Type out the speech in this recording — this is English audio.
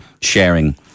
sharing